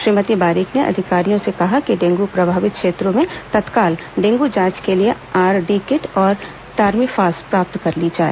श्रीमती बारिक ने अधिकारियों से कहा कि डेंगू प्रभावित क्षेत्रों में तत्काल डेंगू जांच के लिए आरडी किट और टर्मीफास प्राप्त कर ली जाए